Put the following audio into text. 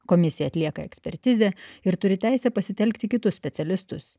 komisija atlieka ekspertizę ir turi teisę pasitelkti kitus specialistus